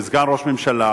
וסגן ראש ממשלה,